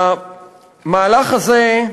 המהלך הזה,